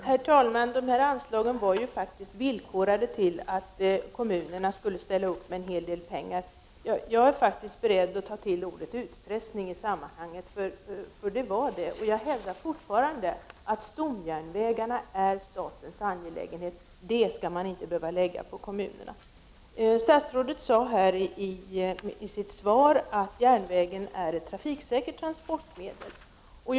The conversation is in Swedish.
Herr talman! Anslagen är villkorade på så sätt att kommunerna skall ställa upp med en hel del pengar. Jag är faktiskt beredd att använda ordet utpressning i sammanhanget, eftersom det var fråga om det. Jag hävdar fortfarande att stomjärnvägen är statens angelägenhet. Den skall man inte behöva lägga på kommunerna. Statsrådet sade i sitt svar att järnvägen är ett trafiksäkert transportmedel.